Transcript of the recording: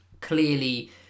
clearly